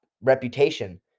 reputation